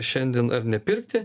šiandien ar nepirkti